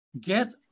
get